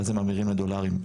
ואז הם ממירים לדולרים,